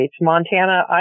Montana